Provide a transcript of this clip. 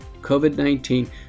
COVID-19